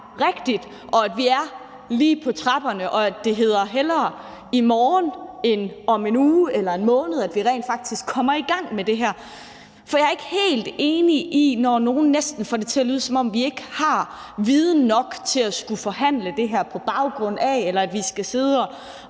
og at vi er lige på trapperne, og at det hedder hellere i morgen end om en uge eller en måned, at vi rent faktisk kommer i gang med det her. For jeg er ikke helt enig i det, når nogen næsten får det til at lyde, som om vi ikke har viden nok at skulle forhandle det her på baggrund af eller vi skal sidde og